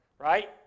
Right